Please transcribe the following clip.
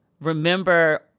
remember